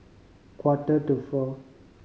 quarter to four